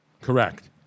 Correct